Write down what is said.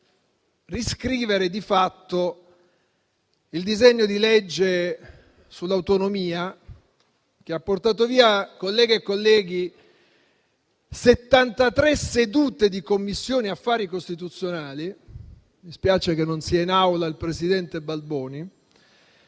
di riscrivere di fatto il disegno di legge sull'autonomia che ha portato via, colleghe e colleghi, 73 sedute della Commissione affari costituzionali - spiace che non sia in Aula il presidente Balboni